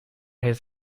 his